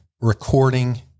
recording